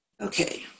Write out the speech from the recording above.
Okay